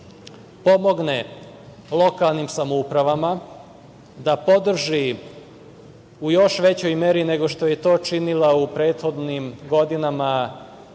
pomogne lokalnim samoupravama, da podrži, u još većoj meri nego što je to činila u prethodnim godinama,